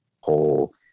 whole